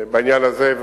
בעניין הזה,